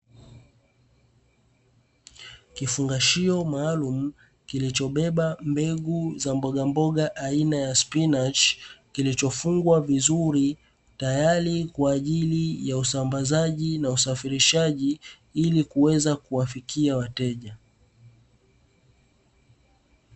Kifungashio maalumu kilichobeba mbegu za mbogamboga aina ya spinachi, kilichofungwa vizuri tayari kwa ajili ya usambazaji na usafirishaji, ili kuweza kuwafikia wateja.